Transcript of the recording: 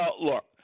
look